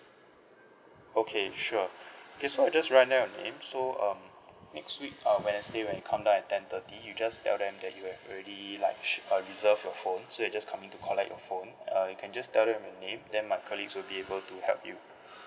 okay sure okay so I just write down your name so um next week uh wednesday when you come down at ten thirty you just tell them you've already like uh reserve your phone so you're just coming to collect your phone uh you can just tell them your name then my colleagues would be able to help you